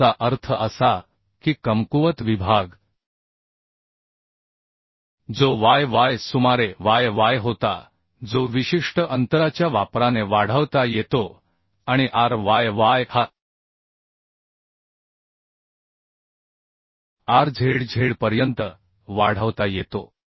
याचा अर्थ असा की कमकुवत विभागजो y y सुमारे y y होता जो विशिष्ट अंतराच्या वापराने वाढवता येतो आणि R y y हा R z z पर्यंत वाढवता येतो